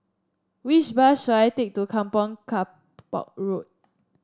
which bus should I take to Kampong Kapor Road